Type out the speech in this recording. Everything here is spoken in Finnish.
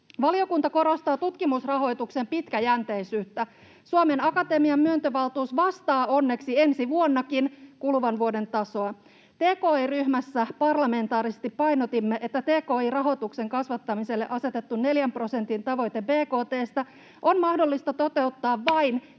Valiokunta korostaa tutkimusrahoituksen pitkäjänteisyyttä. Suomen Akatemian myöntövaltuus vastaa onneksi ensi vuonnakin kuluvan vuoden tasoa. Tki-ryhmässä parlamentaarisesti painotimme, että tki-rahoituksen kasvattamiselle asetettu neljän prosentin tavoite bkt:stä on